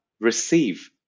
receive